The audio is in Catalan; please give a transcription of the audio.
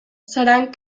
seran